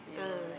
ah